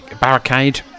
barricade